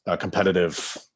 competitive